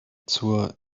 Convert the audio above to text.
zur